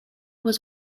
was